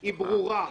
היא ברורה.